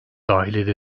dahil